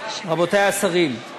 רבותי השרים,